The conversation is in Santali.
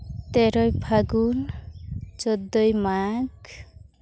ᱛᱮᱨᱳᱭ ᱯᱷᱟᱹᱜᱩᱱ ᱪᱳᱫᱫᱳᱭ ᱢᱟᱜᱽ